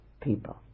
people